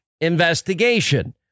investigation